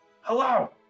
Hello